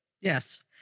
Yes